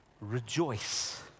Rejoice